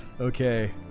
Okay